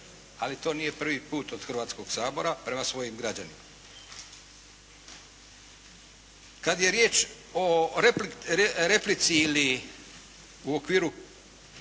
ali to nije prvi put od Hrvatskog sabora prema hrvatskim građanima. Kad je riječ o replici ili u okviru